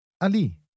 Ali